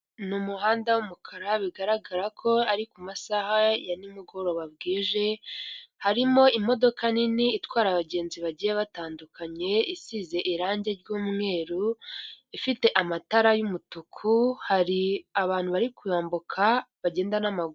Mu muhanda w'umukara bigaragara ko ari ku masaha ya nimugoroba bwije, harimo imodoka nini itwara abagenzi bagiye batandukanye, isize irangi ry'umweru ifite amatara y'umutuku hari abantu bari kumbuka bagenda n'amaguru.